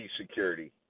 security